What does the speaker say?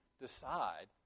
decide